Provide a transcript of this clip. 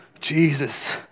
Jesus